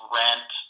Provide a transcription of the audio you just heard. rent